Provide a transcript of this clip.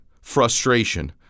frustration